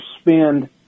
spend